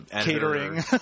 catering